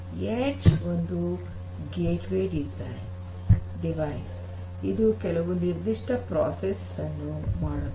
edge ಒಂದು gateway device ಇದು ಕೆಲವು ನಿರ್ಧಿಷ್ಟ ಪ್ರೋಸೆಸ್ ಅನ್ನು ಮಾಡುತ್ತದೆ